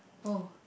oh